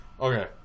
okay